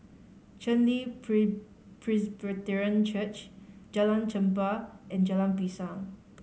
Chen Li Presbyterian Church Jalan Chempah and Jalan Pisang